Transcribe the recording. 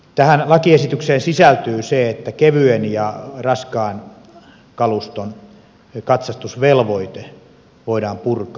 tähän lakiesitykseen sisältyy se että kevyen ja raskaan kaluston katsastusvelvoite voidaan purkaa